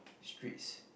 streets